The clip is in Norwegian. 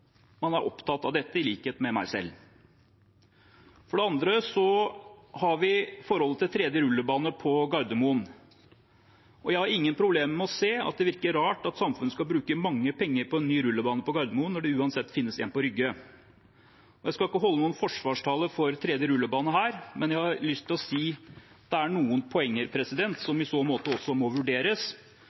er opptatt av dette, i likhet med meg selv. For det andre har vi forholdet til en tredje rullebane på Gardermoen. Jeg har ingen problemer med å se at det virker rart at samfunnet skal bruke mange penger på en ny rullebane på Gardermoen når det uansett finnes en på Rygge. Jeg skal ikke holde noen forsvarstale for tredje rullebane her, men jeg har lyst til å si at det er noen poeng som i så måte også må vurderes,